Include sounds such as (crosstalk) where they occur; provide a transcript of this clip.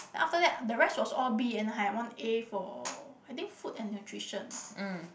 then after that the rest was all B and (noise) and i had one A for i think food and nutrition